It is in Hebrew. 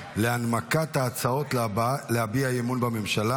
להנמקת ההצעות להביע אי-אמון בממשלה.